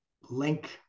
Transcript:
link